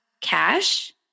cash